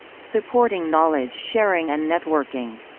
supporting knowledge sharing and networking.